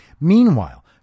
Meanwhile